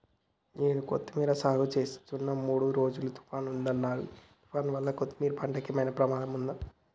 నేను కొత్తిమీర సాగుచేస్తున్న మూడు రోజులు తుఫాన్ ఉందన్నరు ఈ తుఫాన్ వల్ల కొత్తిమీర పంటకు ఏమైనా ప్రమాదం ఉందా?